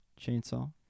Chainsaw